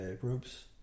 groups